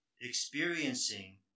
experiencing